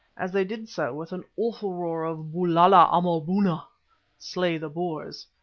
as they did so, with an awful roar of bulala amaboona slay the boers,